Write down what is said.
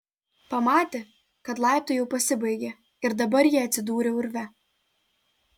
pamatė kad laiptai jau pasibaigę ir dabar jie atsidūrę urve